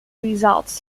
results